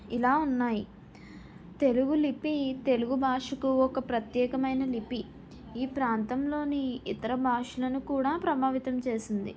ఇలా ఉన్నాయి తెలుగు లిపి తెలుగు భాషకు ఒక ప్రత్యేకమైన లిపి ఈ ప్రాంతంలోని ఇతర భాషలను కూడా ప్రభావితం చేసింది